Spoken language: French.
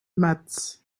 matz